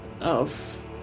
of-